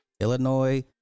Illinois